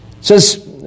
says